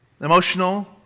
emotional